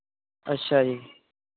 ਅੱਛਾ ਜੀ